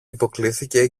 υποκλίθηκε